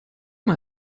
mal